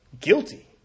guilty